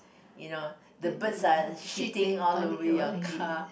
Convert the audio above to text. you know the birds are shitting all over your car